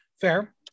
Fair